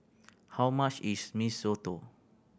how much is Mee Soto